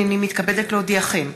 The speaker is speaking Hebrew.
הינני מתכבדת להודיעכם,